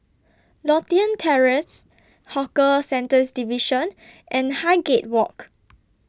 Lothian Terrace Hawker Centres Division and Highgate Walk